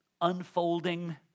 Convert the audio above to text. unfolding